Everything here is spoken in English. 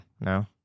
No